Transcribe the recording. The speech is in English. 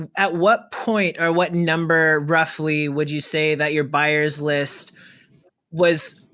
and at what point, or what number, roughly, would you say that your buyers list was,